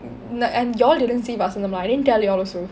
and you all didn't see Vasantham I didn't tell you all also